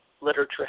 literature